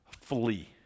Flee